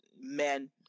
men